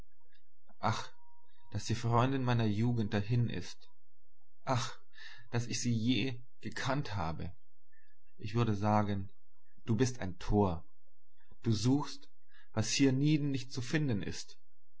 ach daß die freundin meiner jugend dahin ist ach daß ich sie je gekannt habe ich würde sagen du bist ein tor du suchst was hienieden nicht zu finden ist